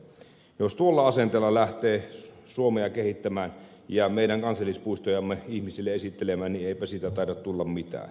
jos tuolla asenteella lähtee suomea kehittämään ja meidän kansallispuistojamme ihmisille esittelemään niin eipä siitä taida tulla mitään